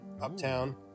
uptown